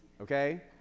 okay